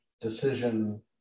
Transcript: decision